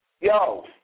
Yo